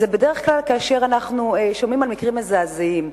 בדרך כלל כאשר אנחנו שומעים על מקרים מזעזעים,